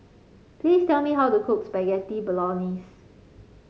please tell me how to cook Spaghetti Bolognese